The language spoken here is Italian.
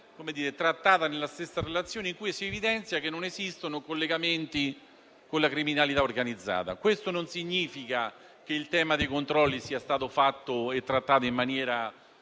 trattata nella stessa relazione, dove si evidenzia che non esistono collegamenti con la criminalità organizzata. Questo non significa che il tema dei controlli sia stato trattato in maniera